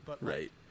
Right